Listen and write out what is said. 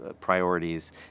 priorities